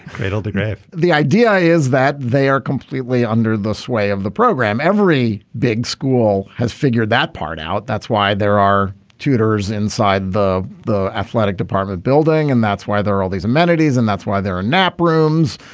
cradle to grave the idea is that they are completely under the sway of the program every big school has figured that part out. that's why there are tutors inside the the athletic department building and that's why there are all these amenities and that's why there are nap rooms.